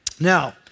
Now